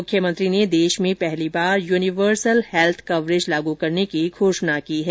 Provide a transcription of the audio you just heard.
मुख्यमंत्री ने देश में पहली बार यूनिवर्सल हैल्थ कवरेज लागू करने की घोषणा की है